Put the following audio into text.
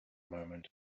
moment